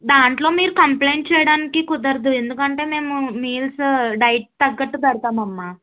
దాంట్లో మీరు కంప్లైంట్ చేయడానికి కుదరదు ఎందుకంటే మేము మీల్స్ డైట్ తగ్గటు పెడతాం అమ్మ